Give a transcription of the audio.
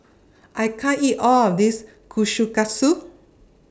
I can't eat All of This Kushikatsu